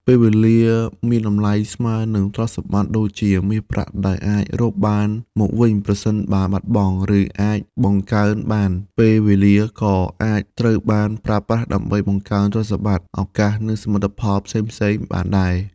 ពេលវេលាមានតម្លៃស្មើនឹងទ្រព្យសម្បត្តិ ដូចជាមាសប្រាក់ដែលអាចរកបានមកវិញប្រសិនបើបាត់បង់ ឬអាចបង្កើនបាន ពេលវេលាក៏អាចត្រូវបានប្រើប្រាស់ដើម្បីបង្កើតទ្រព្យសម្បត្តិ ឱកាស និងសមិទ្ធផលផ្សេងៗបានដែរ។